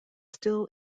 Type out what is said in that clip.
still